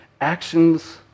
Actions